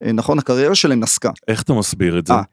נכון הקריירה שלי נסקה. איך אתה מסביר את זה?